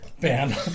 Band